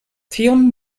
tion